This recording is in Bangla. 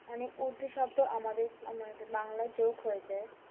অনেক উর্দু শব্দ আমাদের আমাদের বাংলায় যোগ হয়েছে